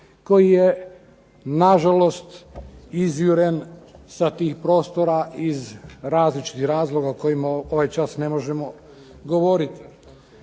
koji je nažalost izjuren sa tih prostora iz različitih razloga o kojima ovaj čas ne možemo govoriti.